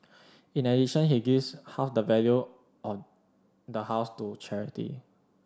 in addition he gives half the value of the house to charity